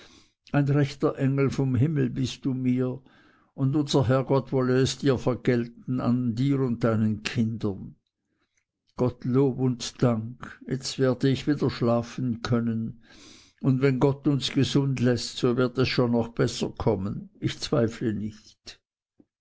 ein rechter engel vom himmel bist du mir und unser herrgott wolle es dir vergelten an dir und deinen kindern gott lob und dank jetzt werde ich wieder schlafen können und wenn gott uns gesund läßt so wird es schon noch besser kommen ich zweifle nicht